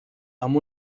amb